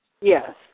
Yes